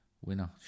winner